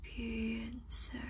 experiencer